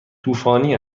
طوفانی